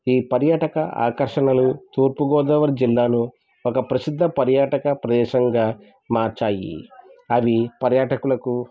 ఈ పర్యాటక ఆకర్షణలు తూర్పుగోదావరి జిల్లాలో ఒక ప్రసిద్ధ పర్యాటక ప్రదేశంగా మార్చాయి అవి పర్యాటకులకు